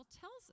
tells